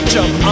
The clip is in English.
Jump